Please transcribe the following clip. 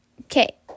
Okay